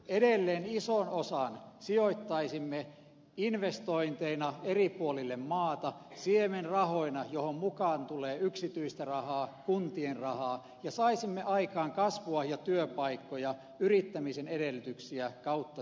edelleen ison osan sijoittaisimme investointeina eri puolille maata siemenrahoina joihin mukaan tulee yksityistä rahaa kuntien rahaa ja saisimme aikaan kasvua ja työpaikkoja yrittämisen edellytyksiä kautta suomen